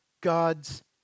God's